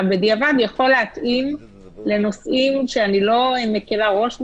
בדיעבד יכול להתאים לנושאים שאני לא מקלה ראש בהם,